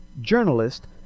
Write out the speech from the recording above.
journalist